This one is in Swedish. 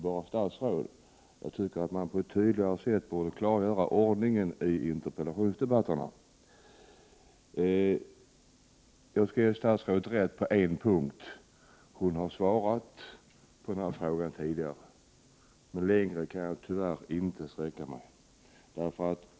Jag tycker att man på ett tydligare sätt borde klargöra ordningen för interpellationsdebatter. Jag skall ge statsrådet rätt på en punkt. Hon har svarat på denna fråga tidigare. Längre kan jag tyvärr inte sträcka mig.